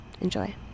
enjoy